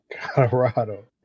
Colorado